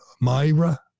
Myra